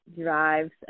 drives